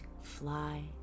fly